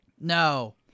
No